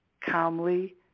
calmly